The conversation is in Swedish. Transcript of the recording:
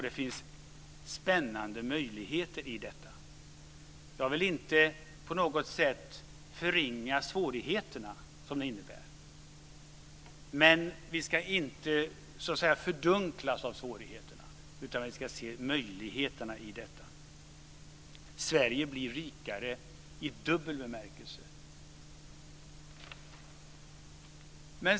Det finns spännande möjligheter i detta. Jag vill inte på något sätt förringa de svårigheter som det innebär. Men vi ska inte fördunklas av svårigheterna, utan vi ska se möjligheterna i detta. Sverige blir rikare i dubbel bemärkelse.